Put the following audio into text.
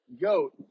goat